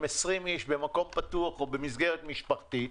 עם 20 אנשים במקום פתוח או במסגרת משפחתית,